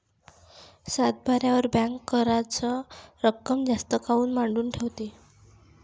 सातबाऱ्यावर बँक कराच रक्कम जास्त काऊन मांडून ठेवते?